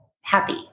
happy